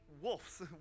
wolves